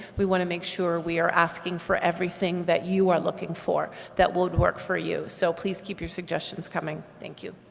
we want to make sure we are asking for everything that you are looking for, that will work for you. so please keep your suggestions coming. thank you.